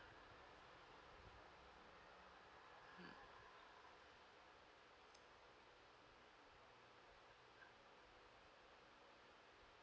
mm